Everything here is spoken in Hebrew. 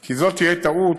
כי זו תהיה טעות